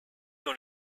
dans